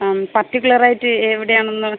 ആ പർട്ടിക്കുലറായിറ്റ് എവിടെയാണെന്ന്